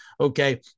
Okay